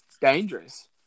dangerous